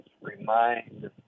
remind